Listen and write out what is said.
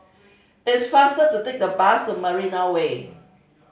it's faster to take the bus to Marina Way